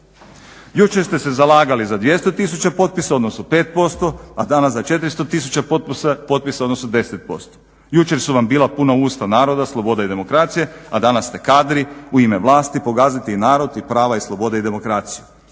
Jučer ste se zalagali za 200 tisuća potpisa, odnosno 5%, a danas za 400 tisuća potpisa, odnosno 10%. Jučer su vam bila puna usta naroda, slobode i demokracije, a danas ste kadri u ime vlasti pogaziti i narod i prava i slobode i demokraciju.